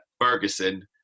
Ferguson